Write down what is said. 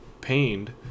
pained